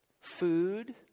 food